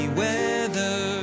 weather